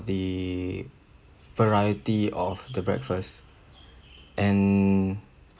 the variety of the breakfast and